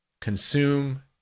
consume